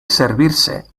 servirse